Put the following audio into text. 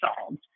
solved